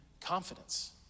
confidence